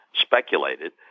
speculated